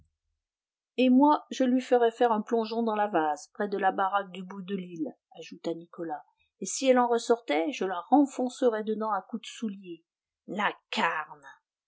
et moi je lui ferais faire un plongeon dans la vase près la baraque du bout de l'île ajouta nicolas et si elle en ressortait je la renfoncerais dedans à coups de soulier la carne